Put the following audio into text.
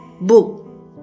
book